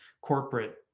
corporate